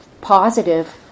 positive